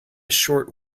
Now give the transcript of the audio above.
short